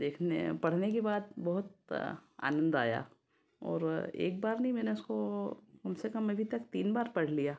देखने पढ़ने की बात बहुत आनंद आया और एक बार नहीं मैंने उसको कम से कम अभी तक तीन बार पढ़ लिया